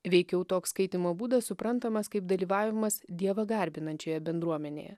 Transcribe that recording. veikiau toks skaitymo būdas suprantamas kaip dalyvavimas dievą garbinančioje bendruomenėje